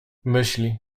myśli